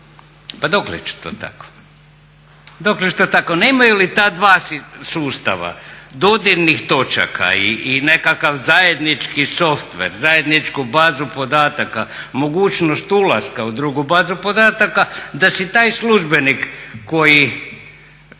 Pa dokle će to tako, dokle će to tako? Nema ju li ta dva sustava dodirnih točaka i nekakav zajednički softver, zajedničku bazu podataka, mogućnost ulaska u drugu bazu podataka da si taj službenik koji